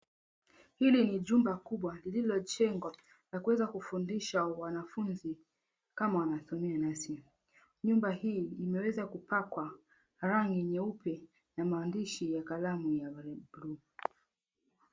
Hili ni jumba kubwa lililojengwa la kuweza kufundisha wanafunzi kama wanavyoona nasi. Nyumba hii imeweza kupakwa rangi nyeupe na maandishi ya kalamu ya blue .